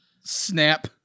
Snap